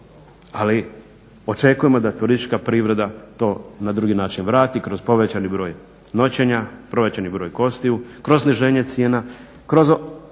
ali očekujemo da turistička privreda to na drugi način vrati kroz povećani broj noćenja, povećani broj gostiju, kroz sniženje cijena, kroz